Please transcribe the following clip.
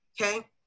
okay